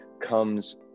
comes